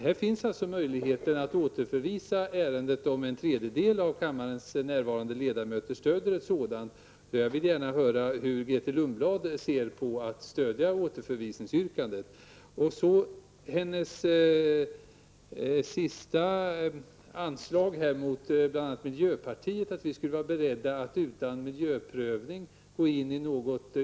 Det finns alltså möjigheter att återförvisa ärendet om en tredjedel av kammarens närvarande ledamöter stöder ett sådant yrkande. Jag vill gärna veta hur Grethe Lundblad ser på detta med att stöda det framställda återförvisningsyrkandet. Så något om Grethe Lundblads anslag som hon gjorde allra sist i sitt anförande och som var riktat bl.a. mot oss i miljöpartiet. Enligt Grethe Lundblad skulle vi vara beredda att utan någon miljöprövning medverka till ett beslut.